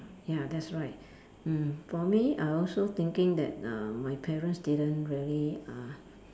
ya that's right mm for me I also thinking that uh my parents didn't really uh